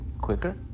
quicker